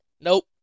Nope